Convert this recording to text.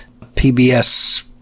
PBS